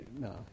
No